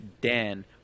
Dan